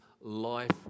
life